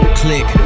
click